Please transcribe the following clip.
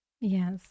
Yes